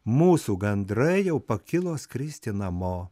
mūsų gandrai jau pakilo skristi namo